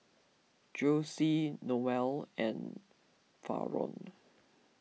Jossie Noel and Faron